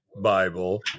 Bible